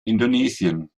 indonesien